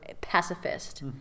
pacifist